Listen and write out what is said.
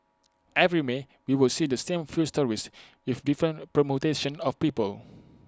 every may we would see the same few stories with different permutations of people